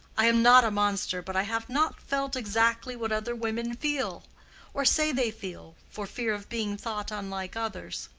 i am not a monster, but i have not felt exactly what other women feel or say they feel, for fear of being thought unlike others.